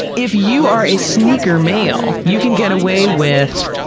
if you are a sneaker male, you can get away with